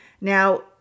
Now